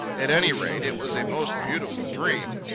at any rate, it was a most beautiful dream.